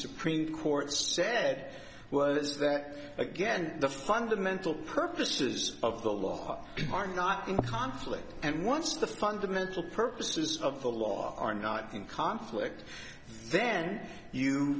supreme court said was that again the fundamental purposes of the law are not in conflict and once the fundamental purposes of the law are not in conflict then